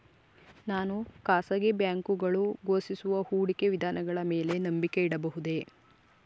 ನಾನು ಖಾಸಗಿ ಬ್ಯಾಂಕುಗಳು ಘೋಷಿಸುವ ಹೂಡಿಕೆ ವಿಧಾನಗಳ ಮೇಲೆ ನಂಬಿಕೆ ಇಡಬಹುದೇ?